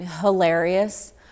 hilarious